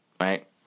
right